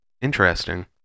Interesting